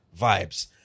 vibes